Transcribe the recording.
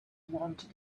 wanted